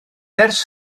ers